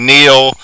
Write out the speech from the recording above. Neil